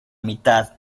mitad